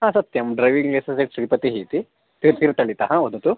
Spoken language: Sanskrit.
हा सत्यं ड्रैविङ्ग् लैसेन्सेच् श्रीपतिः इति ते तीर्थहल्लितः वदतु